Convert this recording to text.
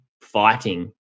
fighting